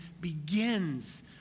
begins